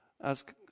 ask